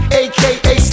aka